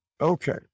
Okay